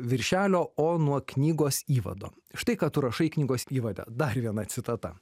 viršelio o nuo knygos įvado štai ką tu rašai knygos įvade dar viena citata